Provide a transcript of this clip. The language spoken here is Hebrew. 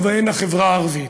ובהן החברה הערבית.